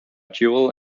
jewell